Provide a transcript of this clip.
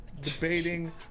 debating